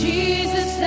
Jesus